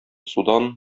судан